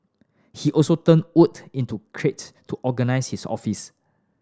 he also turned wood into crate to organise his office